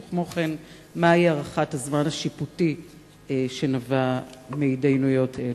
וכמו כן מהי הערכת הזמן השיפוטי שנבע מהתדיינויות אלה?